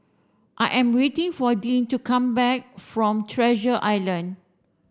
I am waiting for Dean to come back from Treasure Island